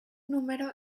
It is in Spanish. número